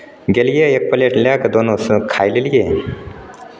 गेलियै एक पलेट लए कऽ दुनू से खाए लेलियै